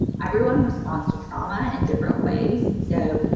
everyone responds to trauma in different ways. and so,